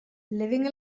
living